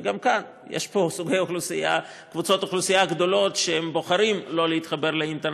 גם כאן יש פה קבוצות אוכלוסייה גדולות שבוחרות לא להתחבר לאינטרנט,